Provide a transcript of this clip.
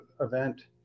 event